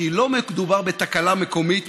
כי לא מדובר בתקלה מקומית,